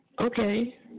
Okay